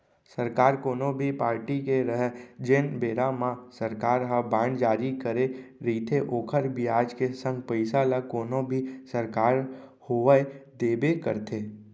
सरकार कोनो भी पारटी के रहय जेन बेरा म सरकार ह बांड जारी करे रइथे ओखर बियाज के संग पइसा ल कोनो भी सरकार होवय देबे करथे